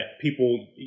people